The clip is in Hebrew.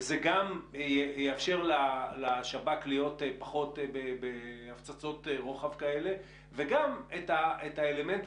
וזה גם יאפשר לשב"כ להיות פחות בהפצצות רוחב כאלה וגם את האלמנט,